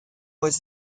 was